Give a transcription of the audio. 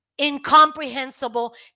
incomprehensible